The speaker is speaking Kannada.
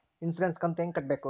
ಇನ್ಸುರೆನ್ಸ್ ಕಂತು ಹೆಂಗ ಕಟ್ಟಬೇಕು?